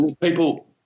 People